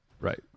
right